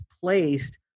placed